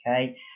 Okay